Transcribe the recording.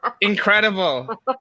incredible